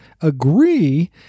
agree